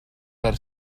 per